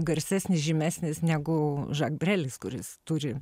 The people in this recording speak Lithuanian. garsesnis žymesnis negu žagbrelis kuris turi